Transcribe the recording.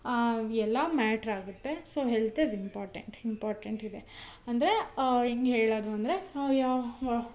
ಎಲ್ಲ ಮ್ಯಾಟ್ರ್ ಆಗುತ್ತೆ so health is important important ಇದೆ ಅಂದರೆ ಹೇಗ್ ಹೇಳೋದು ಅಂದರೆ